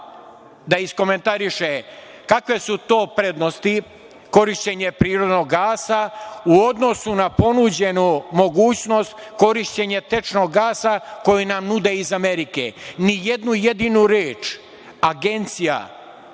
da iskomentariše kakve su to prednosti korišćenje prirodnog gasa u odnosu na ponuđenu mogućnost korišćenja tečnog gasa koji nam nude iz Amerike. Ni jednu jedinu reč Agencija